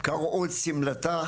קרעו את שמלתה